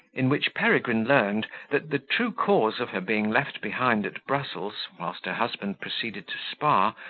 in which peregrine learned that the true cause of her being left behind at brussels, whilst her husband proceeded to spa,